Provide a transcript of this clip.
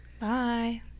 Bye